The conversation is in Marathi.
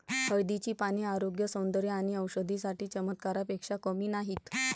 हळदीची पाने आरोग्य, सौंदर्य आणि औषधी साठी चमत्कारापेक्षा कमी नाहीत